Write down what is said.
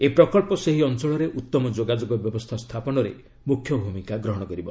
ଏହି ପ୍ରକଳ୍ପ ସେହି ଅଞ୍ଚଳରେ ଉତ୍ତମ ଯୋଗାଯୋଗ ବ୍ୟବସ୍ଥା ସ୍ଥାପନରେ ମୁଖ୍ୟ ଭୂମିକା ଗ୍ରହଣ କରିବ